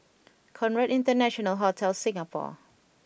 Conrad International Hotel Singapore